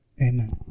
amen